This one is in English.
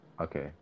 Okay